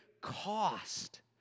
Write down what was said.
cost